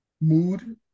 mood